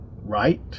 right